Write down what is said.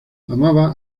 amaba